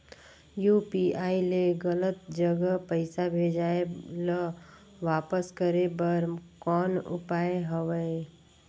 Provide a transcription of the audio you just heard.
UPI ले गलत जगह पईसा भेजाय ल वापस करे बर कौन उपाय हवय?